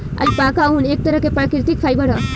alpaca ऊन, एक तरह के प्राकृतिक फाइबर ह